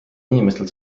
inimestel